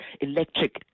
electric